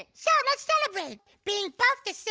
and so let's celebrate being both the so